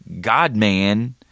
God-man